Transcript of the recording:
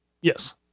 Yes